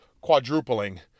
quadrupling